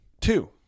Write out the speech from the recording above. Two